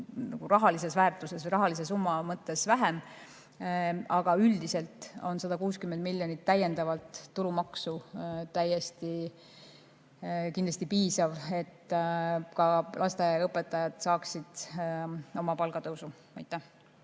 üldrahalises väärtuses, rahalise summa mõttes vähem. Aga üldiselt on 160 miljonit täiendavalt tulumaksu täiesti kindlasti piisav, et ka lasteaiaõpetajad saaksid oma palgatõusu. Tarmo